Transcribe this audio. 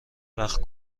وقت